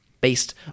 based